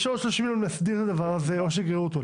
יש לו עוד 30 ימים להסדיר את הדבר הזה או שיגררו אותו.